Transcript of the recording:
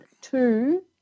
two